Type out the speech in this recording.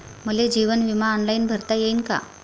मले जीवन बिमा ऑनलाईन भरता येईन का?